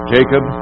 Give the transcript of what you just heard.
Jacob